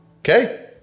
Okay